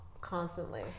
constantly